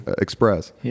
express